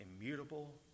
immutable